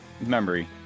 memory